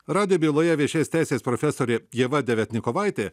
radijo byloje viešės teisės profesorė ieva deviatnikovaitė